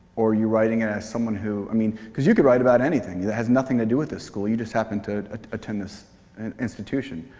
or you're writing at someone who i mean, because you could write about anything that has nothing to do with the school. you just happened to ah to attend this and institution.